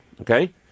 Okay